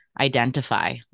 identify